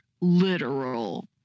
literal